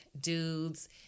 dudes